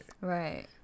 Right